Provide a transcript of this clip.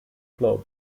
club